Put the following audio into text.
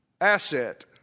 asset